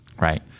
Right